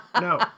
no